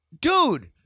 dude